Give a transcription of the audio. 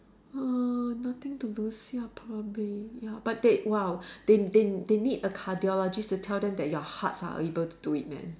uh nothing to lose ya probably ya but they !wow! they they they need a cardiologist to tell them that your hearts are able do to it man